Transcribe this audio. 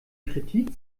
kritik